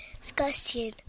Discussion